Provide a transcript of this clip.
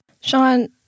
Sean